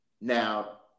Now